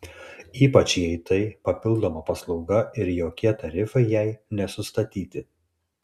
ypač jei tai papildoma paslauga ir jokie tarifai jai nesustatyti